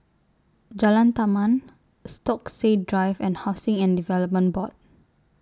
Jalan Taman Stokesay Drive and Housing and Development Board